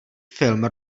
film